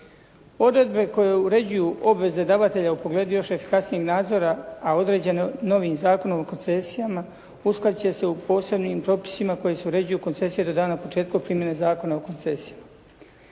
Odredbe koje uređuju obveze davatelja u pogledu još efikasnijeg nadzora, a određeno novih Zakonom o koncesijama uskladit će se u posebnim propisima koji se uređuju koncesije …/Govornik se ne razumije./… početku primjene Zakona o koncesijama.